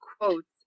quotes